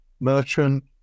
merchant